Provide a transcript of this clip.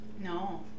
No